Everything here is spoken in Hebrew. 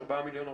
4 מיליון הורדות.